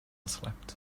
slept